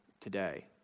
today